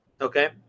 Okay